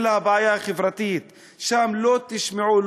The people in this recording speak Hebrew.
אלא הבעיה החברתית: שם לא תשמעו,